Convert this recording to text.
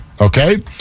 Okay